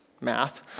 math